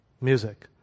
music